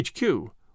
HQ